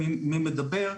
מישהו.